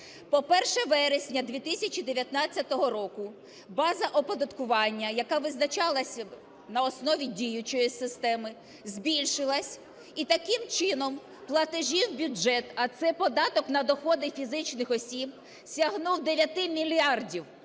По 1 вересня 2019 року база оподаткування, яка визначалась на основі діючої системи, збільшилась, і таким чином платежі в бюджет, а це податок на доходи фізичних осіб, сягнув 9 мільярдів.